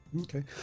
Okay